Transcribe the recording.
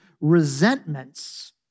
resentments